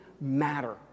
matter